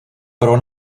pro